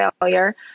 failure